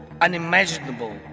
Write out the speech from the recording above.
unimaginable